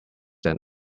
than